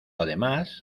además